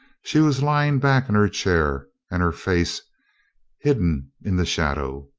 she was lying back in her chair and her face hidden in the shadow.